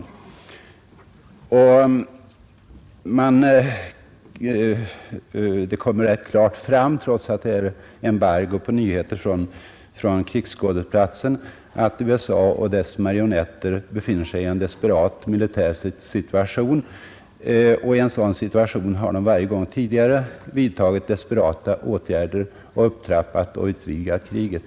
Det kommer rätt klart fram, trots att det är embargo på nyheter från krigsskådeplatsen, att USA och dess marionetter befinner sig i en desperat militär situation. I en sådan situation har de varje gång tidigare vidtagit desperata åtgärder och upptrappat och utvidgat kriget.